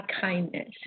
kindness